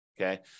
okay